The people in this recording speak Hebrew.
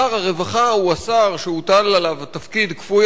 שר הרווחה הוא השר שהוטל עליו התפקיד כפוי